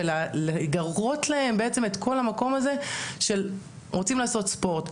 ולגרות להם את המקום הזה שרוצים לעשות ספורט.